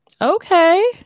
Okay